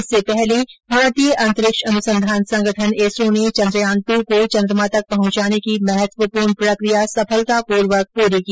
इससे पहले भारतीय अंतरिक्ष अनुसंधान संगठन इसरो ने चन्द्रयान दू को चन्द्रमा तक पहुंचाने की महत्वपूर्ण प्रक्रिया सफलतापूर्वक पूरी की